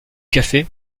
café